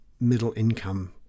middle-income